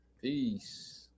Peace